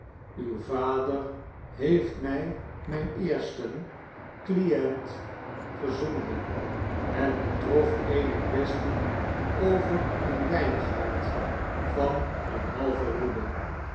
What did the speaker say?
jjw vader heeft mij mijn eersten client gezonden het betrof eene quaestie over een wijngaard van eene halve roede